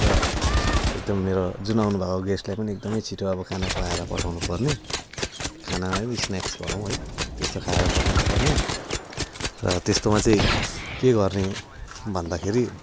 र एकदम मेरो जुन आउनुभएको गेस्टलाई पनि एकदमै छिटो अब खाना खुवाएर पठाउनुपर्ने खाना होइन स्नेक्स भनौँ है त्यस्तो खाएर पठाउनुपर्ने र त्यस्तोमा चाहिँ के गर्ने भन्दाखेरि